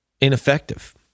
ineffective